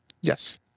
Yes